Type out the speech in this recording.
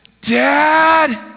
Dad